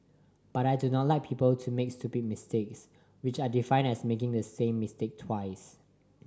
but I do not like people to make stupid mistakes which I define as making the same mistake twice